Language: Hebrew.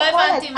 לא הבנתי.